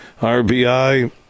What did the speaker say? RBI